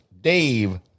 Dave